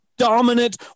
Dominant